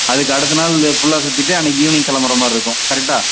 அதுக்கு அடுத்த நாள் ஃபுல்லாக சுற்றிட்டு அன்றைக்கி ஈவ்னிங் கிளம்புற மாதிரி இருக்கும் கரெக்டாக